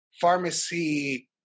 pharmacy